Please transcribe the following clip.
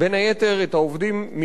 את העובדים מכוחם,